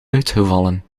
uitgevallen